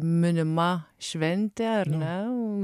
minima šventė ar ne